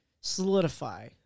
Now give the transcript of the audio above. solidify